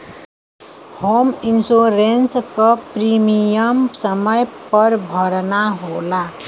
home insurance क premium समय पर भरना होला